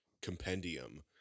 compendium